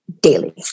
daily